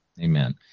Amen